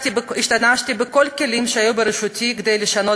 השתמשתי בכל הכלים שהיו ברשותי כדי לשנות